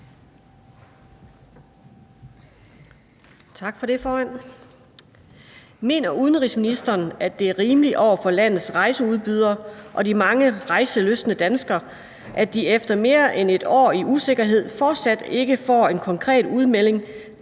Mener udenrigsministeren, at det er rimeligt over for landets rejseudbydere og de mange rejselystne danskere, at de efter mere end et år i usikkerhed fortsat ikke får en konkret udmelding